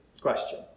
question